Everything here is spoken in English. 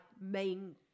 main